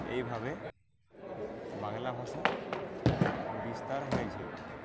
এইভাবে বাংলা ভাষা বিস্তার হয়েছে